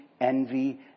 envy